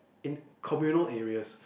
in communal areas